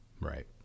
Right